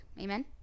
Amen